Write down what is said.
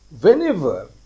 whenever